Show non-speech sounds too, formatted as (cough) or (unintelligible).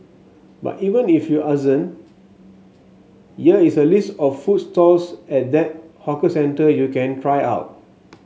but even if you (unintelligible) year is a list of food stalls at that hawker centre you can try out